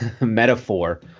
metaphor